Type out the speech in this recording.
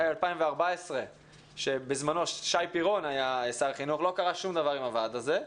מ-2014 כששר פירון היה שר החינוך לא קרה שום דבר עם הוועד הזה.